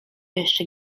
jeszcze